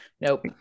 Nope